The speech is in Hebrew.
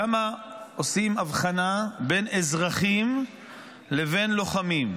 שם עושים הבחנה בין אזרחים לבין לוחמים.